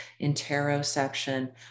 interoception